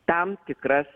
tam tikras